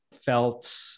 felt